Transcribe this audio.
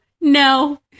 no